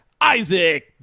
Isaac